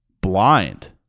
blind